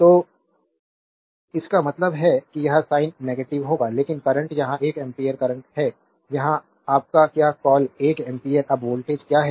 तो इसका मतलब है यह साइन नेगेटिव होगा लेकिन करंट यहां एक एम्पीयर करंट है यहां आपका क्या कॉल 1 एम्पीयर अब वोल्टेज क्या है